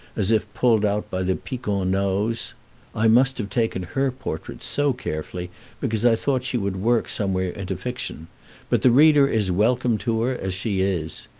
as if pulled out by the piquant-nose? i must have taken her portrait so carefully because i thought she would work somewhere into fiction but the reader is welcome to her as she is.